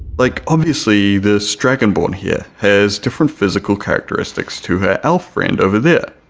like obviously this dragonborn here has different physical characteristics to her elf friend over there,